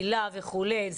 היל"ה וכולי.